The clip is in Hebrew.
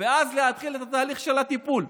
ואז להתחיל את התהליך של הטיפול.